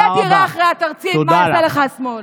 חכה תראה אחרי התקציב מה יעשה לך השמאל.